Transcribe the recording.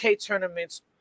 tournaments